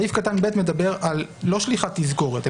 סעיף קטן (ב) לא מדבר על שליחת תזכורת,